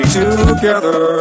together